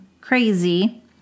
crazy